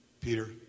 Peter